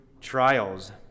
trials